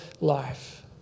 life